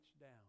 down